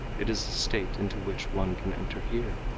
it is a state into which one can enter here.